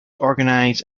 organise